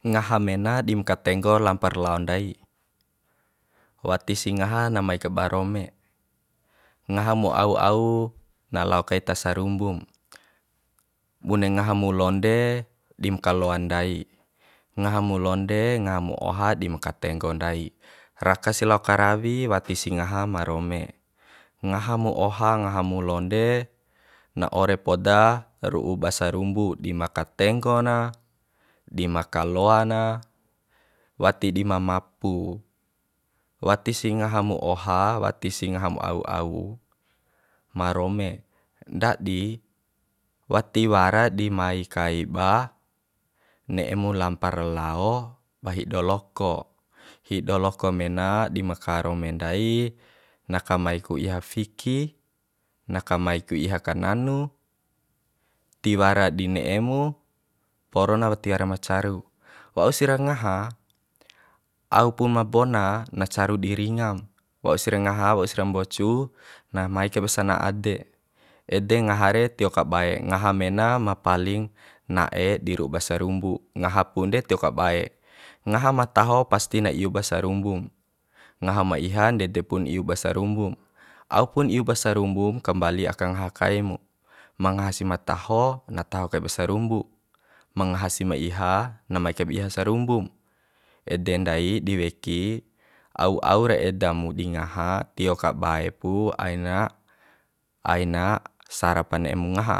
Ngaha mena dim katenggo lapar lao ndai wati si ngaha na mai kaiba rome ngaha mu au au na lao kai ta sarumbu mu bune ngaha mu londe dim kaloa ndai ngaha mu londe ngaha mu oha dim katenggo ndai raka si lao karawi wati si ngaha mu ma rome ngaha mu oha ngaha mu londe na ore poda ru'u ba sarumbu di ma katenggo na di ma kaloa na wati di ma mapu wati si ngaha mu oha wati si ngaha mu au au ma rome ndadi wati wara di mai kai ba ne'e mu lampa ro lao ba hido loko hido loko mena di ma ka rome ndai na kamai ku iha fiki na kamai ku iha kananu tieara di ne'e mu poro na wati ara ma caru wausira ngaha au pum ma bona na caru di ringa mu wausira ngaha wausira mbocu na mai kai ba sana ade ede ngaha re tio kabae ngaha mena ma paling na'e di ru'u ba sarumbu ngaha pun de ti kabae ngaha ma taho pasti na iu ba sarumbum ngaha ma iha ndede pun iu ba sarumbum au pun iu ba sarumbum kambali aka ngaha kai mu ma ngaha si ma taho na tahi kaiba sarumbu mu mangaha si ma iha na mai kaib iha sarumbum ede ndai di weki au au ra eda mu di ngaha tio kabae pu aina aina sarapa ne'e mu ngaha